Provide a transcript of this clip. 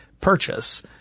purchase